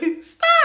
Stop